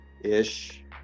ish